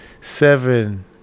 seven